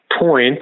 point